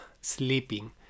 sleeping